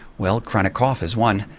well, chronic cough is one.